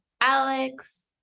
Alex